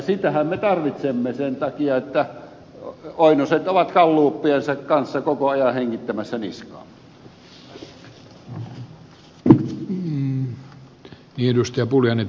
sitähän me tarvitsemme sen takia että oinoset ovat galluppiensa kanssa koko ajan hengittämässä niskaan